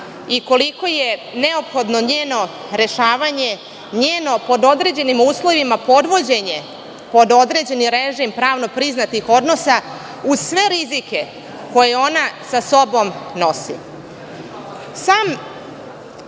i koliko je neophodno njeno rešavanje, njeno, pod određenim uslovima, podvođenje pod određeni režim pravno priznatih odnosa, uz sve rizike koje ona sa sobom nosi. Sam